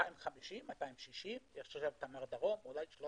250, 260, יש תמר דרום, אולי 300,